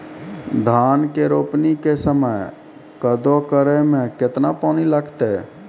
धान के रोपणी के समय कदौ करै मे केतना पानी लागतै?